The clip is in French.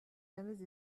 jamais